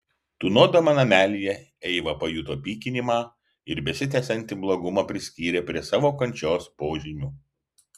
tūnodama namelyje eiva pajuto pykinimą ir besitęsiantį blogumą priskyrė prie savo kančios požymių